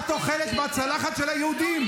את אוכלת מהצלחת של היהודים.